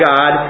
God